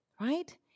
right